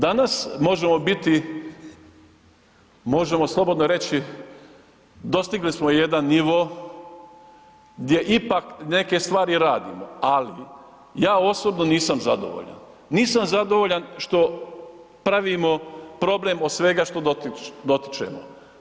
Danas možemo biti, možemo slobodno reći, dostigli smo jedan nivo gdje ipak neke stvari radimo, ali ja osobno nisam zadovoljan, nisam zadovoljan što pravimo problem od svega što dotičemo.